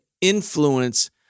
influence